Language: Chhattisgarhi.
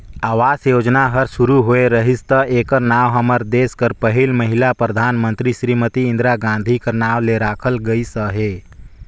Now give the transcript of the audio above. आवास योजना हर सुरू होए रहिस ता एकर नांव हमर देस कर पहिल महिला परधानमंतरी सिरीमती इंदिरा गांधी कर नांव ले राखल गइस अहे